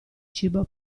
cibo